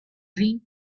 ring